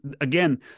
again